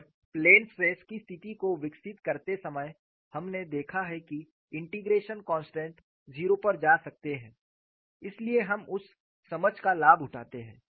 और plane stress की स्थिति को विकसित करते समय हमने देखा है कि इंटीग्रेशन कोंस्टनट शून्य पर जा सकते हैं इसलिए हम उस समझ का लाभ उठाते हैं